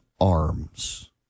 arms